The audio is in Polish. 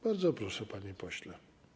Bardzo proszę, panie pośle.